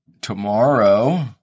tomorrow